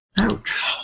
Ouch